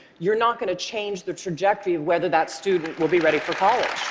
you're not going to change the trajectory of whether that student will be ready for college.